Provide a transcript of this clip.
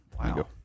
Wow